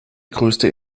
größte